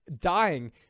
dying